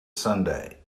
sunday